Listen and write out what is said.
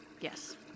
Yes